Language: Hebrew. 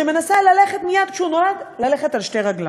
שמנסה מייד כשהוא נולד ללכת על שתי רגליו.